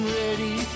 ready